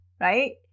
right